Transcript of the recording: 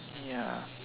ya